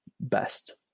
best